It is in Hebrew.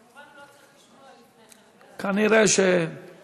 כמובן, הוא לא צריך, כנראה, הוא